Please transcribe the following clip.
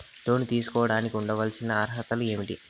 లోను తీసుకోడానికి ఉండాల్సిన అర్హతలు ఏమేమి?